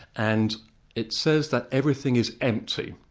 and it says that everything is empty,